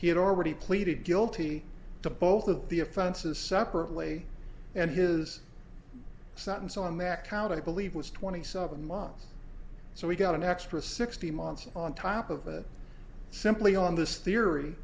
he had already pleaded guilty to both of the offenses separately and his sentence on that count i believe was twenty seven months so we got an extra sixty months on top of that simply on this theory